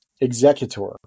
executor